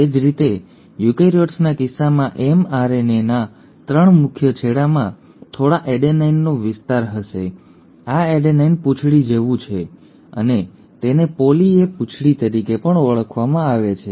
એ જ રીતે યુકેરીયોટ્સના કિસ્સામાં એમઆરએનએના 3 મુખ્ય છેડામાં થોડા એડેનાઇનનો વિસ્તાર હશે આ એડેનાઇન પૂંછડી જેવું છે અને તેને પોલી એ પૂંછડી તરીકે પણ ઓળખવામાં આવે છે